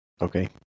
Okay